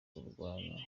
kurwanya